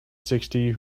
sixty